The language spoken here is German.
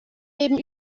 leben